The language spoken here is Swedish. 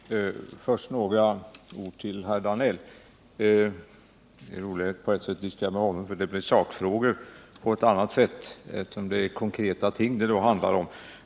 Herr talman! Först några ord till herr Danell. Det är på sätt och vis roligast att diskutera med honom, för då är det konkreta ting det handlar om.